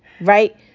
right